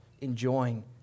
enjoying